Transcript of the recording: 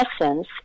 essence